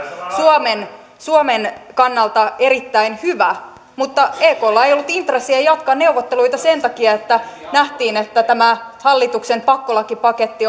suomen suomen kannalta erittäin hyvä mutta eklla ei ollut intressiä jatkaa neuvotteluita sen takia että nähtiin että tämä hallituksen pakkolakipaketti